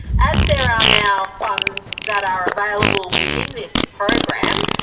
as there are now funds that are available within this program,